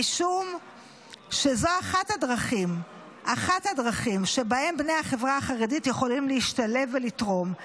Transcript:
משום שזו אחת הדרכים שבהן בני החברה החרדית יכולים להשתלב ולתרום.